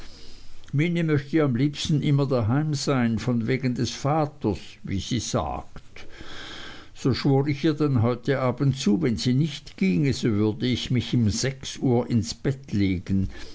möchte am liebsten immer daheim sein von wegen des vaters wie sie sagt so schwor ich ihr denn heute abends zu wenn sie nicht ginge würde ich mich um sechs ins bett legen